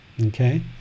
Okay